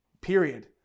period